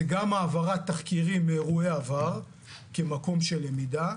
זה גם העברת תחקירים מאירועי עבר ממקום של למידה,